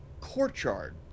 courtyard